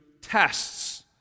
tests